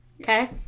Okay